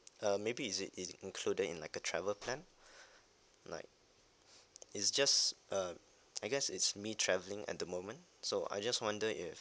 uh maybe is it it's included in like a travel plan like it's just uh I guess it's me travelling at the moment so I just wonder if